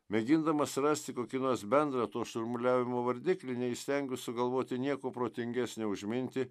mėgindamas rasti kokį nors bendrą to šurmuliavimo vardiklį neįstengiu sugalvoti nieko protingesnio už mintį